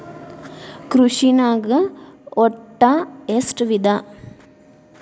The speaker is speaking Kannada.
ಕೃಷಿನಾಗ್ ಒಟ್ಟ ಎಷ್ಟ ವಿಧ?